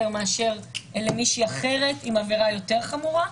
מאשר למישהי אחרת עם עבירה יותר חמורה.